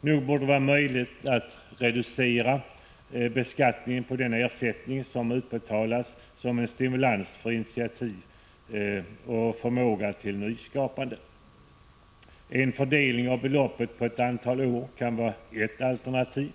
Nog borde det vara möjligt att reducera beskattningen på den ersättning som utbetalas som en stimulans till initiativ och förmåga till nyskapande. En fördelning av beloppet på ett antal år kan vara ett alternativ.